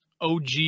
OG